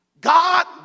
God